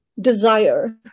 desire